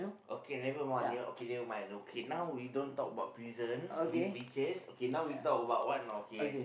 okay never mind okay never mind okay now we don't talk about prison we we change okay now we talk about what now okay